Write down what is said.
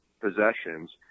possessions